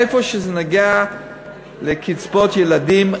במקום שזה נוגע בקצבאות ילדים,